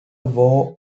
war